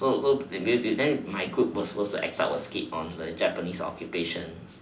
so so the the then my group was supposed to act a skit on the japanese occupation